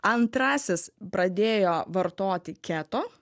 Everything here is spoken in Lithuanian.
antrasis pradėjo vartoti keto